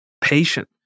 patient